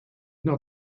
not